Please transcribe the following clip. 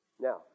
Now